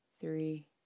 three